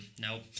Nope